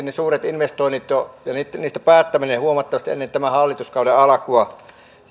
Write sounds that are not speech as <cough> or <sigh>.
<unintelligible> ne suuret investoinnit ja niistä päättäminen aloitettiin jo huomattavasti ennen tämän hallituskauden alkua